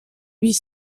huit